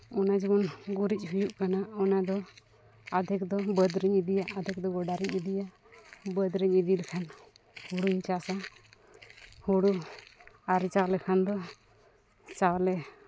ᱚᱱᱟ ᱡᱮᱢᱚᱱ ᱜᱩᱨᱤᱡ ᱦᱩᱭᱩᱜ ᱠᱟᱱᱟ ᱚᱱᱟ ᱫᱚ ᱟᱫᱷᱮᱠ ᱫᱚ ᱵᱟᱹᱫᱽᱨᱤᱧ ᱤᱫᱤᱭᱟ ᱟᱫᱷᱮᱠ ᱫᱚ ᱜᱚᱰᱟᱨᱤᱧ ᱤᱫᱤᱭᱟ ᱵᱟᱹᱫᱽᱨᱤᱧ ᱤᱫᱤᱞᱮᱠᱷᱟᱱ ᱦᱩᱲᱩᱧ ᱪᱟᱥᱟ ᱦᱩᱲᱩ ᱟᱨᱡᱟᱣ ᱞᱮᱠᱷᱟᱱ ᱫᱚ ᱪᱟᱣᱞᱮ